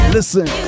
Listen